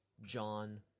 John